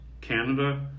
Canada